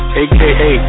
aka